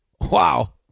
Wow